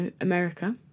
America